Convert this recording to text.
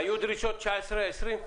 היו דרישות ב-2020-2019?